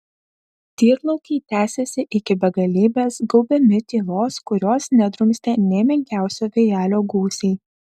tyrlaukiai tęsėsi iki begalybės gaubiami tylos kurios nedrumstė nė menkiausio vėjelio gūsiai